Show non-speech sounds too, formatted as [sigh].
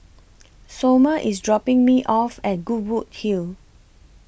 [noise] Somer IS dropping Me off At Goodwood Hill